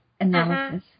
analysis